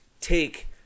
take